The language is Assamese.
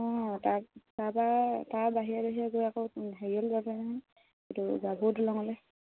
অঁ তাৰ তাৰপৰা তাৰ বাহিৰে বাহিৰে গৈ আকৌ হেৰিয়লৈ যাব পাৰিবা নহয় এইটো গাভৰু দলঙলৈ